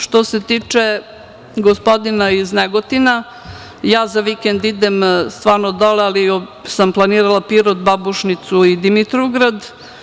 Što se tiče gospodina iz Negotina, ja za vikend idem dole, ali sam planirala Pirot, Babušnicu i Dimitrovgrad.